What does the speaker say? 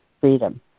freedom